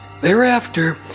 Thereafter